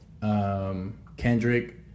Kendrick